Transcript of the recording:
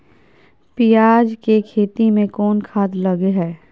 पियाज के खेती में कोन खाद लगे हैं?